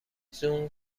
زوم